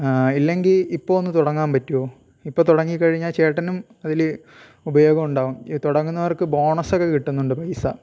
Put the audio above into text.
ഇല്ലെങ്കിൽ ഇപ്പോൾ ഒന്ന് തുടങ്ങാൻ പറ്റുമോ ഇപ്പം തുടങ്ങിക്കഴിഞ്ഞാൽ ചേട്ടനും അതിൽ ഉപയോഗം ഉണ്ടാവും ഇത് തുടങ്ങുന്നവർക്ക് ബോണസ് ഒക്കെ കിട്ടുന്നുണ്ട് പൈസ